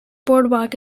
boardwalk